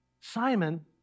simon